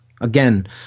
Again